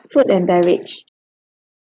food and beverage